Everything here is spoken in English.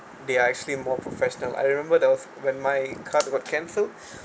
they are actually more professional I remember that was when my card were cancelled